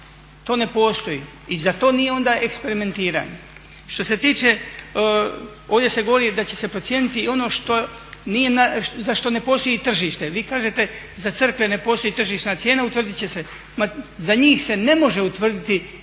To ne postoji. I zar to nije onda eksperimentiranje? Što se tiče ovdje se govori da će se procijeniti i ono što nije, za što ne postoji tržište. Vi kažete za crkve ne postoji tržišna cijena, utvrdit će se. Ma za njih se ne može utvrditi cijena